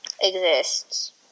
exists